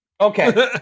Okay